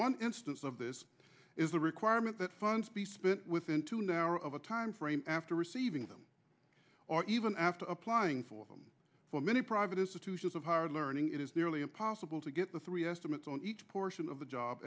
one instance of this is a requirement that funds be spent within two now or of a timeframe after receiving them or even after applying for them for many private institutions of higher learning is the really impossible to get the three estimates on each portion of the job